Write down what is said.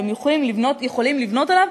והם יכולים לבנות עליו,